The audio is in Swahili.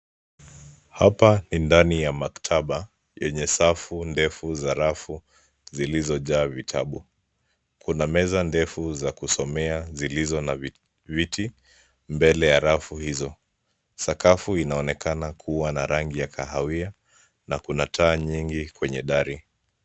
Hapa ni ndani ya maktaba yenye safu ndefu za rafu zilozojaa vitabu. Kuna meza ndefu za kusomea zilizo na viti mbele ya rafu hizo. Sakafu inaonekana kuwa na rangi ya kahawia na kuna taa nyingi kwenye gari.